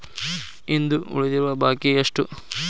ಇಂದು ಉಳಿದಿರುವ ಬಾಕಿ ಎಷ್ಟು?